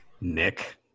Nick